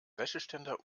wäscheständer